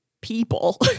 people